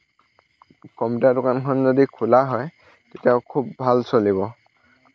computer দোকানখনো যদি খোলা হয় তেতিয়াও খুব ভাল চলিব